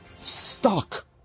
stuck